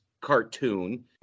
cartoon